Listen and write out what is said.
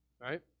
Right